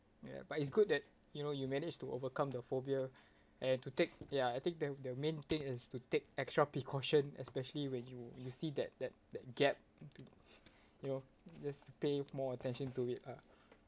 ya but it's good that you know you managed to overcome the phobia and to take ya I think the the main thing is to take extra precaution especially when you you see that that that gap you need to you know just pay more attention to it lah